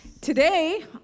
Today